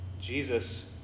Jesus